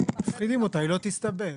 --- מפחידים אותה, היא לא תסתבך.